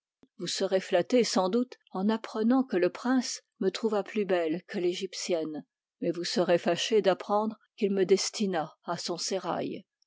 vous serez flatté sans doute en apprenant que le prince me trouva plus belle que l'égyptienne mais vous serez fâché d'apprendre qu'il me destina à son sérail